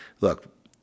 Look